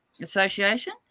Association